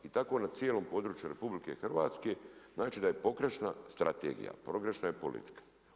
I tako na cijelom području RH, znači da je pogrešna strategija, pogrešna je politika.